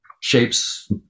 shapes